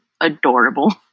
adorable